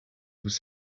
was